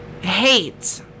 hate